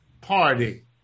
Party